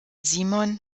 simon